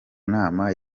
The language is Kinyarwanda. nama